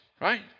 Right